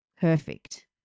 perfect